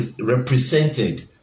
represented